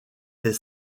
des